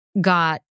got